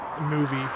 movie